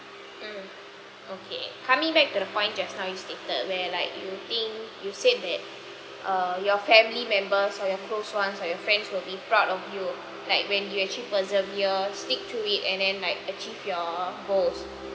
mm okay coming back to the point just now you stated where like you think you said that err your family member or your close one or your friends will be proud of you like when you actually persevere stick to it and then like achieve your goals